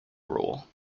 rule